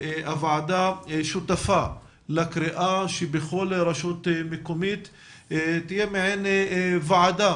הוועדה שותפה לקריאה שבכל רשות מקומית תהיה מעין ועדה